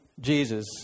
Jesus